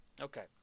Okay